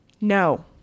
No